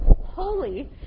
holy